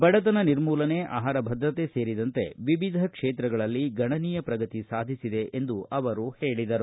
ಬಡತನ ನಿರ್ಮೂಲನೆ ಆಹಾರ ಭದ್ರತೆ ಸೇರಿದಂತೆ ವಿವಿಧ ಕ್ಷೇತ್ರಗಳಲ್ಲಿ ಗಣನೀಯ ಪ್ರಗತಿ ಸಾಧಿಸಿದೆ ಎಂದು ಹೇಳಿದರು